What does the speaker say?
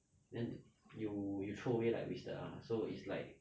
then you you throw away like wasted ah so it's like